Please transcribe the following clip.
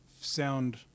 sound